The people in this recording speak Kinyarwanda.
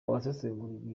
abasesengura